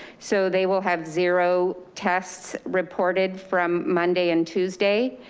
so they will have zero tests reported from monday and tuesday.